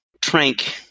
trank